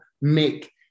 make